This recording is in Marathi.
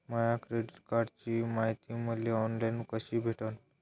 माया क्रेडिट कार्डची मायती मले ऑनलाईन कसी भेटन?